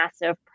massive